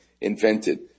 invented